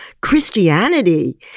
Christianity